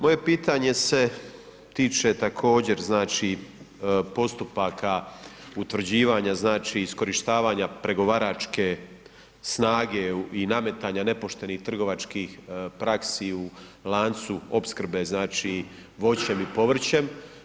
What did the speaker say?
Moje pitanje se tiče također znači postupaka utvrđivanja znači iskorištavanja pregovaračke snage i nametanja nepoštenih trgovačkih praksi u lancu opskrbe znači voćem i povrćem.